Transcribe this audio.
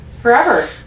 forever